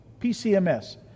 PCMS